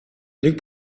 нэг